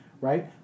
right